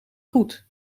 goed